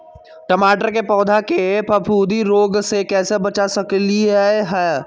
टमाटर के पौधा के फफूंदी रोग से कैसे बचा सकलियै ह?